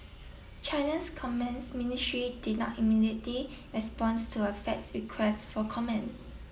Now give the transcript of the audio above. China's commence ministry did not immediately responds to a faxed request for comment